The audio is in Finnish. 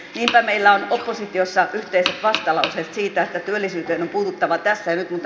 niinpä meillä on oppositiossa yhteiset vastalauseet siitä että työllisyyteen on puututtava tässä ja nyt